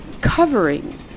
covering